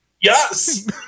Yes